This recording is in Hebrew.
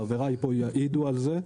חבריי פה יעידו על זה.